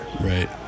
Right